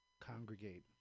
Congregate